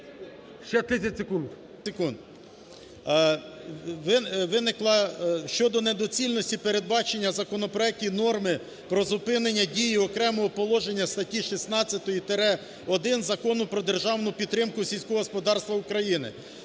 МЕЛЬНИК С.І. Виникла… щодо недоцільності передбачення в законопроекті норми про зупинення дії окремого положення статті 16-1 Закону про державну підтримку сільського господарства України.